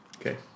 Okay